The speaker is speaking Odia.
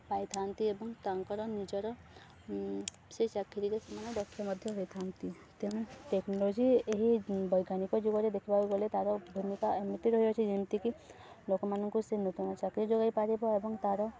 ପାଇଥାନ୍ତି ଏବଂ ତାଙ୍କର ନିଜର ସେହି ଚାକିରିରେ ସେମାନେ ଦକ୍ଷ ମଧ୍ୟ ହୋଇଥାନ୍ତି ତେଣୁ ଟେକ୍ନୋଲୋଜି ଏହି ବୈଜ୍ଞାନିକ ଯୁଗରେ ଦେଖିବାକୁ ଗଲେ ତା'ର ଭୂମିକା ଏମିତି ରହିଅଛି ଯେମିତିକି ଲୋକମାନଙ୍କୁ ସେ ନୂତନ ଚାକିରି ଯୋଗାଇ ପାରିବ ଏବଂ ତା'ର